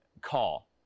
call